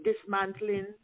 dismantling